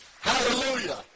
Hallelujah